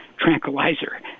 tranquilizer